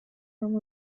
from